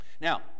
Now